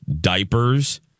Diapers